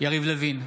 יריב לוין,